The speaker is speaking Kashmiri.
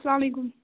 سلام علیکُم